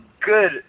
good